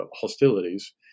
hostilities